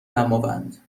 دماوند